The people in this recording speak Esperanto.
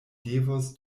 devos